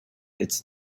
its